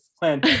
plan